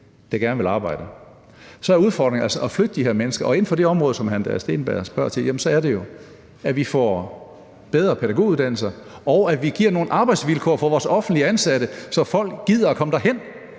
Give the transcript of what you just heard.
der gerne vil arbejde. Så er udfordringen altså at flytte de her mennesker, og inden for det område, som hr. Andreas Steenberg spørger til, er det jo, at vi får bedre pædagoguddannelser, og at vi giver nogle arbejdsvilkår for vores offentligt ansatte, så folk gider komme derhen.